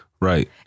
Right